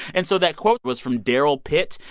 and so that quote was from darryl pitt.